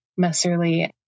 Messerly